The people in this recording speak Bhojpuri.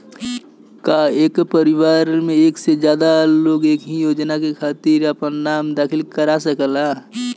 का एक परिवार में एक से ज्यादा लोग एक ही योजना के खातिर आपन नाम दाखिल करा सकेला?